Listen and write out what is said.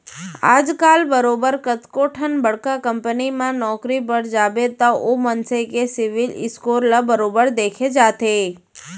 आजकल बरोबर कतको ठन बड़का कंपनी म नौकरी बर जाबे त ओ मनसे के सिविल स्कोर ल बरोबर देखे जाथे